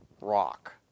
rock